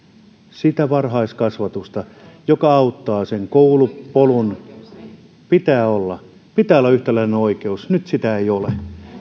sitä varhaiskasvatusta joka auttaa sen koulupolun alkuun pitää olla pitää olla yhtäläinen oikeus nyt sitä ei ole